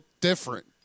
different